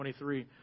23